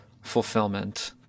fulfillment